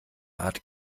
art